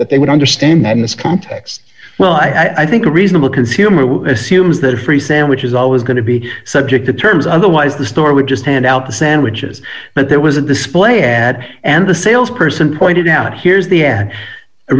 that they would understand that in this context well i think a reasonable consumer assumes that a free sandwich is always going to be subject to terms otherwise the store would just hand out the sandwiches and there was a display ad and the sales person pointed out here's the a